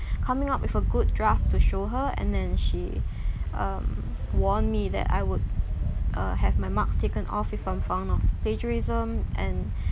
coming up with a good draft to show her and then she um warned me that I would uh have my marks taken off if I'm found of plagiarism and